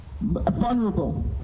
vulnerable